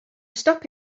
stop